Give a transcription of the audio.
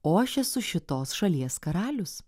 o aš esu šitos šalies karalius